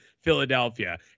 Philadelphia